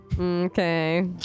Okay